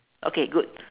okay good